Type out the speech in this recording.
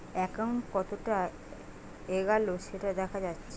account কতোটা এগাল সেটা দেখা যাচ্ছে